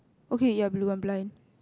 okay you're blue I'm blind